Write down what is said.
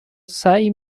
سعی